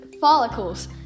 Follicles